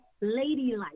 ladylike